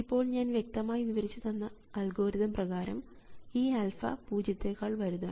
ഇപ്പോൾ ഞാൻ വ്യക്തമായി വിവരിച്ചു തന്ന അൽഗോരിതം പ്രകാരം ഈ α പൂജ്യത്തെക്കാൾ വലുതാണ്